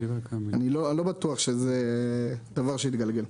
אני לא בטוח שזה דבר שיתגלגל.